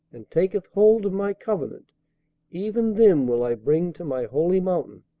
and taketh hold of my covenant even them will i bring to my holy mountain,